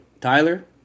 Tyler